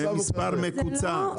תפעלו למספר מקוצר.